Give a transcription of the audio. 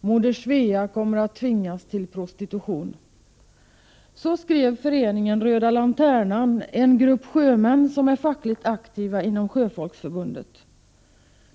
Moder Svea kommer att tvingas till prostitution.” Så skrev Föreningen Röda lanternan, en grupp av sjömän som är fackligt aktiva inom Sjöfolksförbundet.